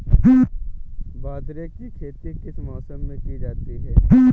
बाजरे की खेती किस मौसम में की जाती है?